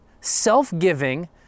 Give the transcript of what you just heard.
self-giving